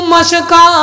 Mashka